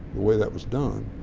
the way that was done,